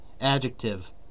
Adjective